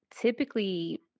typically